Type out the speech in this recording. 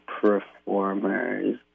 performers